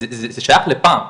זה שייך לפעם.